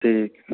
ठीक